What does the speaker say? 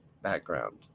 background